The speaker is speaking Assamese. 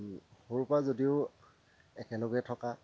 সৰুৰপৰা যদিও একেলগে থকা